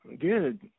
Good